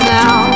now